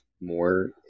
more